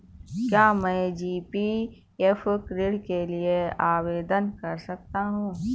क्या मैं जी.पी.एफ ऋण के लिए आवेदन कर सकता हूँ?